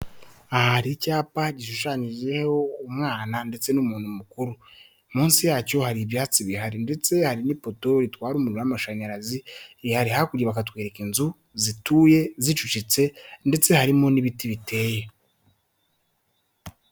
Aha hari icyapa gishushanyijeho umwana ndetse n'umuntu mukuru munsi yacyo hari ibyatsi bihari ndetse hari n'ipoto itwara umuriro w'amashanyarazi rihari hakurya bakatwereka inzu zituye zicucitse ndetse harimo n'ibiti biteye.